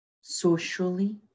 socially